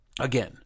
Again